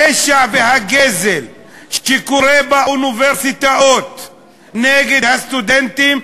הפשע והגזל שקורים באוניברסיטאות נגד הסטודנטים,